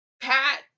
Pat